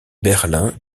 berlin